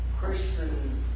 Christian